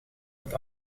het